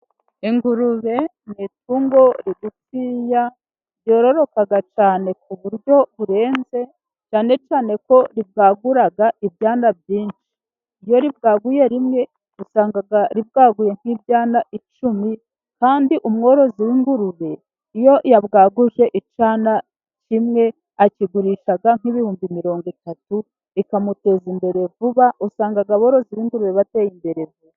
Ingurube ni itungo rigufiya cyane cyane ryororoka cyane ku buryo burenze cyane cyane ko ribwagura ibyana byinshi, iyo bwaguye rimwe usanga ri bwaguye nk'iryana icumi kandi umworozi w'ingurube iyo yabwaguje icyana kimwe, akigurisha nk'ibihumbi mirongo itatu ikamuteza imbere vuba, usanga aborozi b'ingurube bateye imbere vuba.